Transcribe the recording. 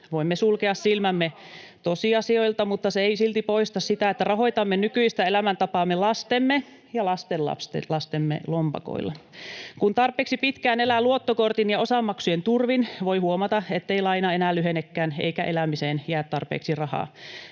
Voimme sulkea silmämme tosiasioilta, mutta se ei silti poista sitä, että rahoitamme nykyistä elämäntapaamme lastemme ja lastenlastemme lompakoilla. Kun tarpeeksi pitkään elää luottokortin ja osamaksujen turvin, voi huomata, ettei laina enää lyhenekään eikä elämiseen jää tarpeeksi rahaa.